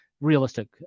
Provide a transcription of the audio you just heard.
realistic